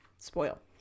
Spoil